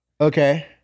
Okay